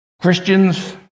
Christians